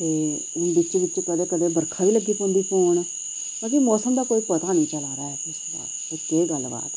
ते हून बिच्च बिच्च कदें बरखा बी लग्गी पौंदी पौन बाकी मौसम दा कोई पता नेईं चला दा ऐ इस बार के केह् गल्लबात ऐ